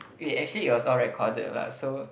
eh actually it was all recorded lah so